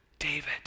David